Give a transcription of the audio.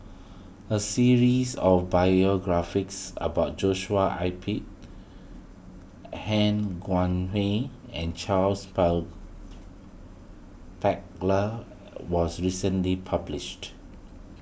a series of biographies about Joshua I P Han Guangwei and Charles Paglar was recently published